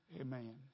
Amen